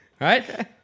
Right